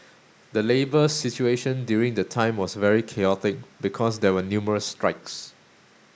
the labour situation during the time was very chaotic because there were numerous strikes